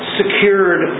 secured